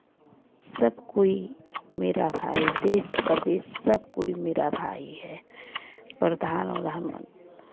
सब कोई मेरा भाई देश प्रदेश सब कोई मेरा भाई है प्रधान उरधान मन